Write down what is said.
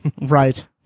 Right